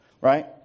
right